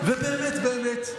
ובאמת באמת,